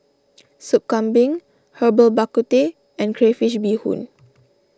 Sop Kambing Herbal Bak Ku Teh and Crayfish BeeHoon